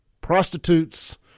prostitutes